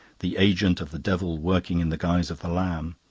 the agent of the devil working in the guise of the lamb,